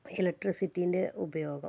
ഇലക്ട്രിസിറ്റിൻ്റെ ഉപയോഗം